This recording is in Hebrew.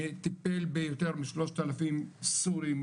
טיפל ביותר מ-3,000 סורים,